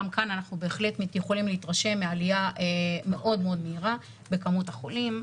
גם כאן אנחנו בהחלט יכולים להתרשם מעליה מאוד מאוד מהירה בכמות החולים.